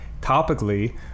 topically